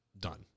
done